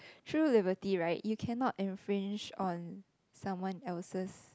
true liberty right you cannot infringe on someone else